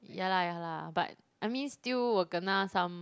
yeah lah yeah lah but I mean still will kena some